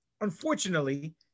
unfortunately